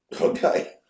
okay